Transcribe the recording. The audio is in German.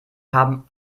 haben